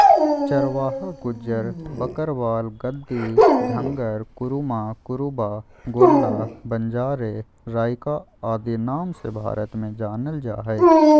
चरवाहा गुज्जर, बकरवाल, गद्दी, धंगर, कुरुमा, कुरुबा, गोल्ला, बंजारे, राइका आदि नाम से भारत में जानल जा हइ